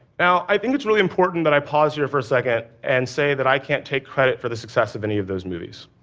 now, i think it's really important that i pause here for a second and say that i can't take credit for the success of any of those movies.